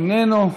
איננו,